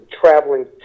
traveling